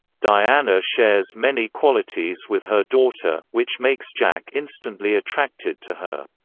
diana shares many qualities with her daughter, which makes jack instantly attracted to her.